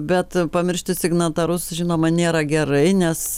bet pamiršti signatarus žinoma nėra gerai nes